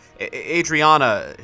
Adriana